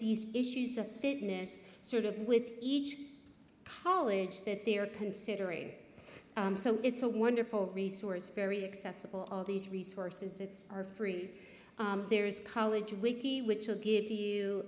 these issues of fitness sort of with each college that they are considering so it's a wonderful resource very accessible of these resources that are free there is college wiki which will give you